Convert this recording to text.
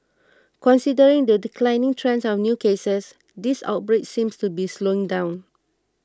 considering the declining trend of new cases this outbreak seems to be slowing down